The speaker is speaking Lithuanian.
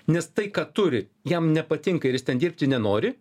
nes tai ką turi jam nepatinka ir jis ten dirbti nenori